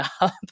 up